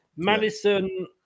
Madison